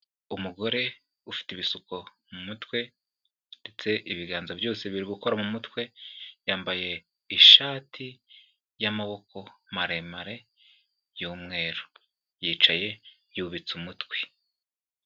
Umugore ufite ibisuko mu mutwe ndetse ibiganza byose biri gukora mu mutwe, yambaye ishati y'amaboko maremare y'umweru, yicaye yubitse umutwe.